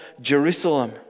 Jerusalem